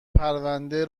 پرونده